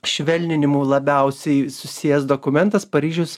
švelninimu labiausiai susijęs dokumentas paryžius